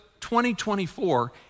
2024